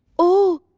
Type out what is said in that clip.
oh!